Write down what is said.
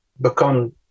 become